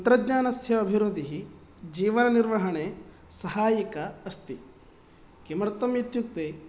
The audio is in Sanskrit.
तन्त्रज्ञानस्य अभिवृद्धिः जीवननिर्वहणे सहाय्यिका अस्ति किमर्थम् इत्युक्ते